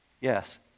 Yes